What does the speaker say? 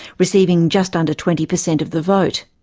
receiving just under twenty percent of the vote.